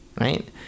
Right